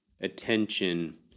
attention